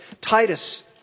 Titus